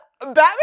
batman